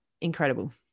incredible